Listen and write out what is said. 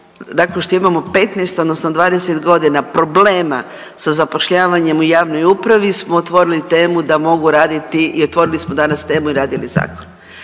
nakon što imamo 15 odnosno 20.g. problema sa zapošljavanjem u javnoj upravi smo otvorili temu da mogu raditi i otvorili smo danas temu i radili zakon,